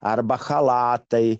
arba chalatai